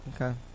Okay